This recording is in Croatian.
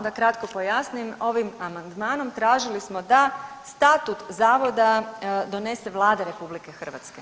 Da kratko pojasnim, ovim amandmanom tražili smo da statut zavoda donese Vlada RH.